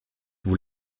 vous